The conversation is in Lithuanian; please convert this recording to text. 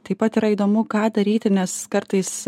taip pat yra įdomu ką daryti nes kartais